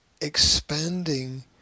expanding